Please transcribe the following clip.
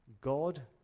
God